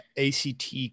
ACT